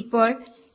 ഇപ്പോൾ